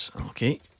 Okay